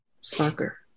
soccer